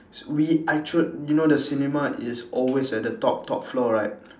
s~ we actual you know the cinema is always at the top top floor right